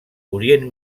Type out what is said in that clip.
orient